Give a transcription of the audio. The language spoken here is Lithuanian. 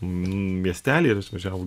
miestelyje ir išvažiavo